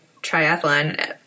triathlon